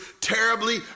terribly